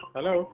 Hello